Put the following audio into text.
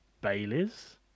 Bailey's